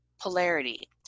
polarity